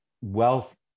wealth